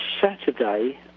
Saturday